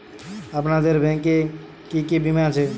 আপনাদের ব্যাংক এ কি কি বীমা আছে?